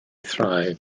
thraed